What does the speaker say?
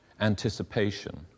anticipation